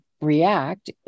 react